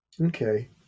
Okay